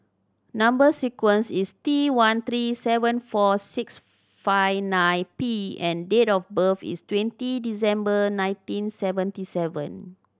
number sequence is T one three seven four six five nine P and date of birth is twenty December nineteen seventy seven